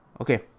Okay